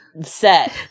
set